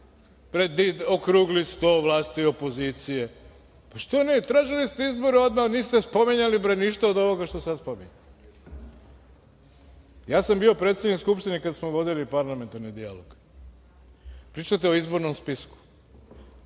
okrugli sto vlasti i opozicije. Tražili ste izbore odmah, a niste spominjali bre ništa od ovoga što sad spominjete. Ja sam bio predsednik Skupštine kada smo vodili parlamentarni dijalog. Pričate o izbornom spisku.